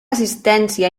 assistència